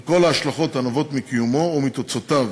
על כל ההשלכות הנובעות מקיומו ומתוצאותיו,